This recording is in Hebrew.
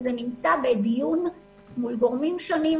וזה נמצא בדיון מול גורמים שונים.